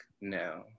no